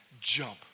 Jump